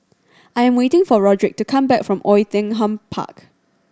I am waiting for Rodrick to come back from Oei Tiong Ham Park